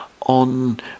on